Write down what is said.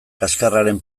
kaxkarraren